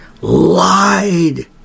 lied